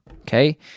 okay